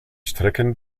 strecken